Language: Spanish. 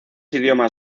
idioma